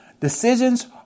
decisions